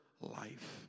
life